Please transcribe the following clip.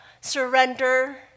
surrender